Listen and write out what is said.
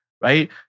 right